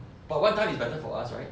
but one time is better for us right